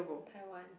Taiwan